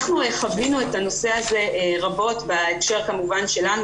אנחנו חווינו את הנושא הזה רבות בהקשר שלנו,